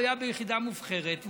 הוא היה ביחידה מובחרת,